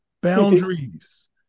Boundaries